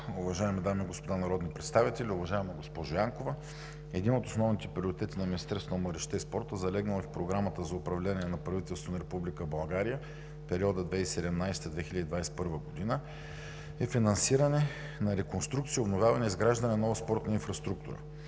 уважаеми дами и господа народни представители! Уважаема госпожо Янкова, един от основните приоритети на Министерството на младежта и спорта, залегнал и в Програмата за управление на правителството на Република България за периода 2017 – 2021 г., е финансиране, реконструкция, обновяване и изграждане на нова спортна инфраструктура.